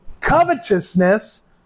covetousness